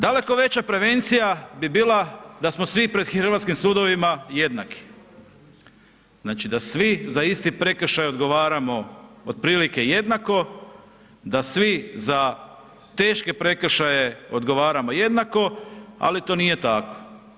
Daleko veća prevencija bi bila da smo svi pred hrvatskim sudovima jednaki, znači da svi za isti prekršaj odgovaramo otprilike jednako, da svi za teške prekršaje odgovaramo jednako ali to nije tako.